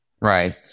right